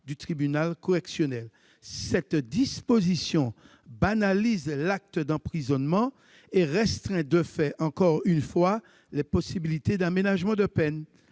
du tribunal correctionnel. Cette disposition banalise l'acte d'emprisonnement et restreint de fait, encore une fois, les possibilités d'aménagement de peine.